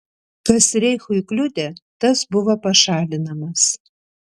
kas reichui kliudė tas buvo pašalinamas